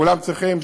וכולם צריכים,